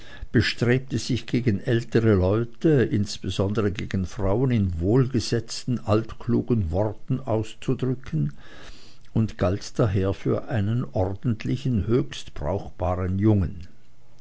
bestrebte sich gegen ältere leute besonders gegen frauen in wohlgesetzten altklugen worten auszudrücken und galt daher für einen ordentlichen höchst brauchbaren jungen